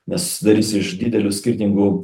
nes susidarys iš didelių skirtingų